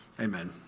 Amen